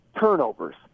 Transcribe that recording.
turnovers